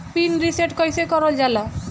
Pin reset कईसे करल जाला?